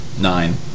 nine